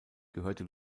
gehörte